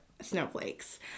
snowflakes